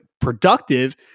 productive